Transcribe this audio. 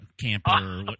camper